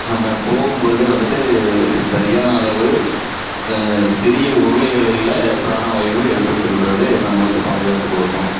நம்ம போகும்பொழுதே வந்துட்டு சரியான அளவு சிறிய உருளைகளில் பிராணவாயுவும் எடுத்து செல்கிறது நம்மளுக்கு பாதுகாப்பு கொடுக்கும்